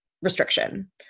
Restriction